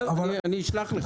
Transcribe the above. אני אשלח לך.